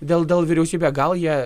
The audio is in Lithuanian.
dėl dėl vyriausybė gal jie